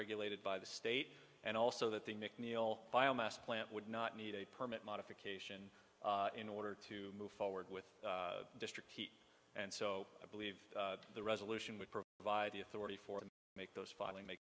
regulated by the state and also that the mcneil biomass plant would not need a permit modification in order to move forward with district heat and so i believe the resolution would provide the authority for them make those filing make